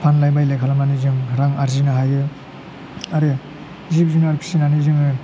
फानलाय बायलाय खालामनानै जों रां आरजिनो हायो आरो जिब जुनार फिसिनानै जोङो